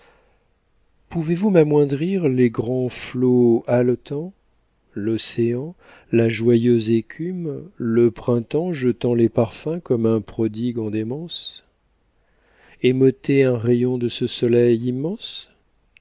pouvez-vous m'amoindrir les grands flots haletants l'océan la joyeuse écume le printemps jetant les parfums comme un prodigue en démence et m'ôter un rayon de ce soleil immense